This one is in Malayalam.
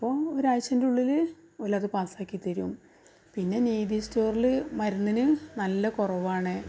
അപ്പോൾ ഒരു ആഴ്ച്ചൻ്റെ ഉള്ളിൽ ഓലത് പാസ്സാക്കിത്തരും പിന്നെ നീതി സ്റ്റോറിൽ മരുന്നിന് നല്ല കുറവാണ്